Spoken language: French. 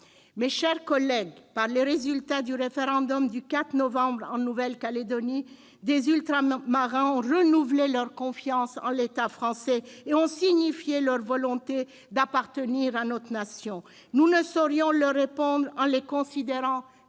Mes chers collègues, par les résultats du référendum du 4 novembre dernier en Nouvelle-Calédonie, des Ultramarins ont renouvelé leur confiance en l'État français et ont signifié leur volonté d'appartenir à notre nation. Nous ne saurions leur répondre en les considérant